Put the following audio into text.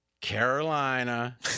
Carolina